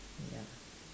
ya